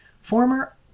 Former